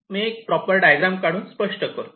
मी एक proper diagram काढून स्पष्ट करतो